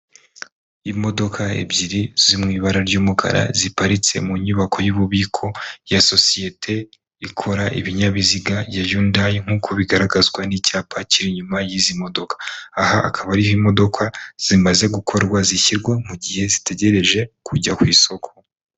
Imodoka ebyiri, ziri mu ibara ry'umukara, ziparitse mu nyubako y'ububiko ya sosiyete ikora ibinyabiziga ya yundayi nk'uko bigaragazwa n'icyapa kiri inyuma y'izi modoka, aha akaba ariho imodoka zimaze gukorwa zishyirwa, mu gihe zitegereje kujya ku isoko.